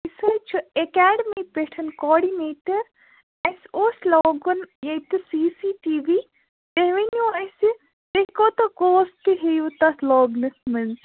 اَسۍ حظ چھِ اکیڈمی پیٚٹھ کاڑِنیٹَر اَسہِ اوس لاگُن ییٚتہِ سی سی ٹی وی تُہۍ ؤنِو اَسہِ تُہۍ کوتاہ کاسٹہٕ ہیٚیِو تتھ لاگنَس مَنٛز